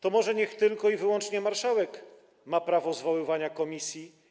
To może niech tylko i wyłącznie marszałek ma prawo zwoływania komisji.